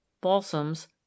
balsams